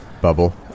bubble